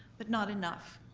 but not enough.